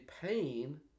pain